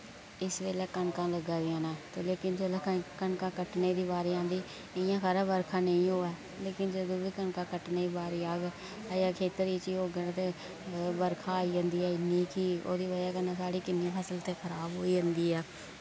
इस बेल्लै कनकां लग्गा दियां न ते लेकिन जिल्लै कं कनकां कट्टने दी बारी आंदी इयां खबरै बर्खा नेईं होऐ लेकिन जदूं बी कनकां कट्टने दी बारी औग अजें खेत्तर च ही होङन ते बर्खा आई जंदी ऐ इन्नी कि ओह्दी बजह कन्नै साढ़ी किन्नी फसल ते खराब होई जंदी ऐ